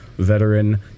veteran